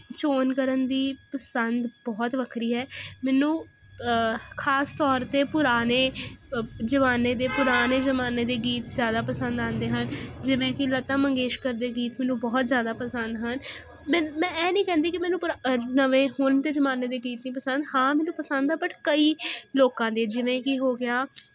ਚੋਣ ਕਰਨ ਦੀ ਪਸੰਦ ਬਹੁਤ ਵੱਖਰੀ ਹੈ ਮੈਨੂੰ ਖਾਸ ਤੌਰ 'ਤੇ ਪੁਰਾਣੇ ਜਮਾਨੇ ਦੇ ਪੁਰਾਣੇ ਜ਼ਮਾਨੇ ਦੇ ਗੀਤ ਜ਼ਿਆਦਾ ਪਸੰਦ ਆਉਂਦੇ ਹਨ ਜਿਵੇਂ ਕਿ ਲਤਾ ਮੰਗੇਸ਼ਰ ਦੇ ਗੀਤ ਮੈਨੂੰ ਬਹੁਤ ਜ਼ਿਆਦਾ ਪਸੰਦ ਹਨ ਮੈਂ ਮੈਂ ਇਹ ਨਹੀਂ ਕਹਿੰਦੀ ਕਿ ਮੈਨੂੰ ਪੁਰਾਣੇ ਨਵੇਂ ਹੁਣ ਅਤੇ ਜ਼ਮਾਨੇ ਦੀ ਗੀਤ ਨਹੀਂ ਪਸੰਦ ਆ ਮੈਨੂੰ ਪਸੰਦ ਆ ਬਟ ਕਈ ਲੋਕਾਂ ਦੇ ਜਿਵੇਂ ਕਿ ਹੋ ਗਿਆ